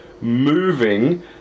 moving